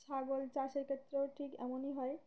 ছাগল চাষের ক্ষেত্রেও ঠিক এমনই হয়